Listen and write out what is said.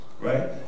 right